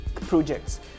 projects